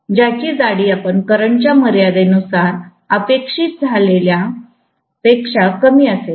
ज्याची जाडी आपण करंटच्या मर्यादेनुसार अपेक्षित असलेल्या पेक्षा कमी असेल